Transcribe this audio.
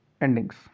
endings